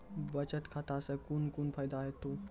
बचत खाता सऽ कून कून फायदा हेतु?